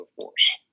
force